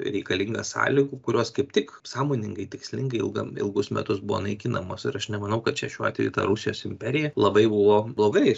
reikalinga sąlygų kurios kaip tik sąmoningai tikslingai ilgam ilgus metus buvo naikinamos ir aš nemanau kad čia šiuo atveju ta rusijos imperija labai buvo blogai